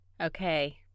Okay